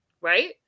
right